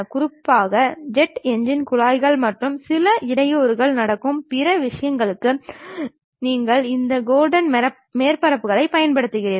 குறிப்பாக jet engine குழாய்கள் மற்றும் சில இடையூறுகள் நடக்கும் பிற விஷயங்களுக்கு நீங்கள் இந்த கார்டன் மேற்பரப்புகளைப் பயன்படுத்துகிறீர்கள்